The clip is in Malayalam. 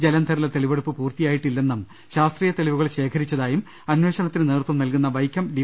ജലന്ധറിലെ തെളിവെടുപ്പ് പൂർത്തിയായിട്ടി ല്ലെന്നും ശാസ്ത്രീയ തെളിവുകൾ ശേഖരിച്ചതായും അന്വേഷണത്തിന് നേതൃത്വം നൽകുന്ന വൈക്കം ഡി